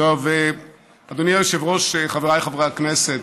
אדוני היושב-ראש, חבריי חברי הכנסת,